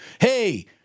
Hey